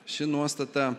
ši nuostata